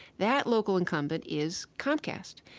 that local incumbent is comcast.